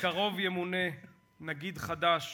בקרוב ימונה נגיד חדש